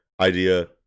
idea